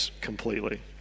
completely